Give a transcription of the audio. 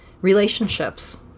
relationships